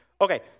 Okay